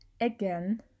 again